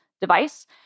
device